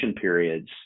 periods